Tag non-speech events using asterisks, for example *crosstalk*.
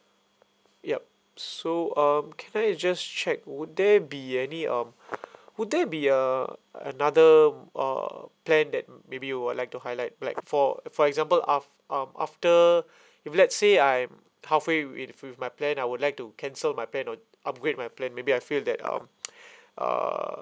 yup so um can I just check would there be any um *breath* would there be err another err plan that maybe you would like to highlight like for for example af~ um after if let's say I'm halfway with with my plan I would like to cancel my plan or upgrade my plan maybe I feel that um *noise* err